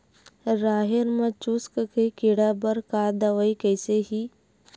राहेर म चुस्क के कीड़ा बर का दवाई कइसे ही?